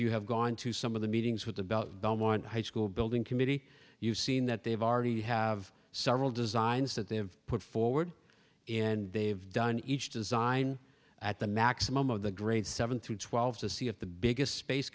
you have gone to some of the meetings with about don't want high school building committee you've seen that they've already have several designs that they have put forward and they have done each design at the maximum of the grades seven through twelve to see if the biggest space